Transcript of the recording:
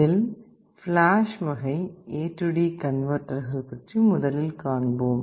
இதில் ஃபிலாஷ் வகை AD கன்வெர்ட்டர்கள் பற்றி முதலில் காண்போம்